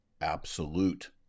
absolute